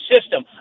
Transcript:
system